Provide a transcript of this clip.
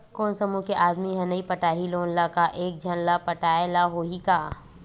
कोन समूह के आदमी हा नई पटाही लोन ला का एक झन ला पटाय ला होही का?